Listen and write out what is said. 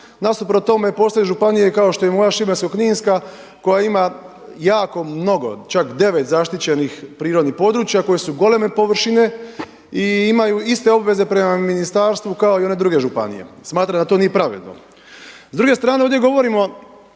Nasuprot tome postoje županije kao što je i moja Šibensko-kninska koja ima jako mnogo, čak 9 zaštićenih prirodnih područja koje su goleme površine i imaju iste obveze prema ministarstvu kao i one druge županije, smatram da to nije pravedno.